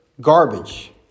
garbage